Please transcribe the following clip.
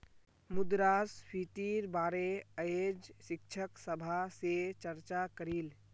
मुद्रास्फीतिर बारे अयेज शिक्षक सभा से चर्चा करिल